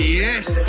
yes